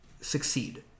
succeed